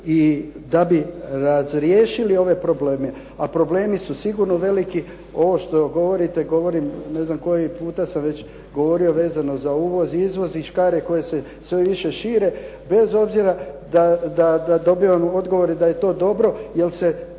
i da bi razriješili ove probleme. A problemi su sigurno veliki, ovo što govorite, govorim ne znam koji puta sam već govorio vezano za uvoz, izvoz i škare koje se sve više šire, bez obzira da dobivamo odgovor i da je to dobro jer se